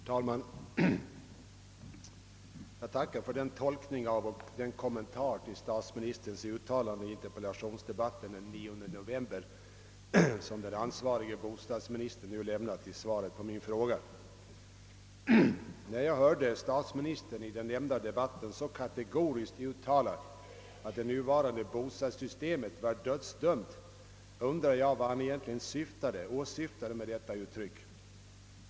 Herr talman! Jag tackar för den tolkning av och den kommentar till statsministerns uttalande i interpellationsdebatten den 9 november, som den ansvarige bostadsministern nu lämnat i svaret på min fråga. När jag hörde statsministern i den nämnda debatten så kategoriskt uttala att det nuvarande bostadssystemet var dödsdömt, undrade jag vad han egentligen åsyftade med detta uttryck.